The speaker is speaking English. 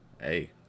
Hey